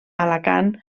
alacant